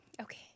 Okay